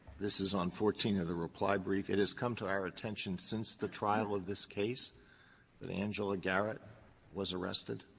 this is on fourteen of the reply brief it has come to our attention since the trial of this case that angela garrett was arrested?